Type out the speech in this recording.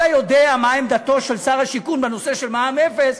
כל היודע מה עמדתו של שר השיכון בנושא של מע"מ אפס,